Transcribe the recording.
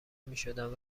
میشدم